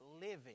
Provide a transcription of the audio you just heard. living